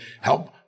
help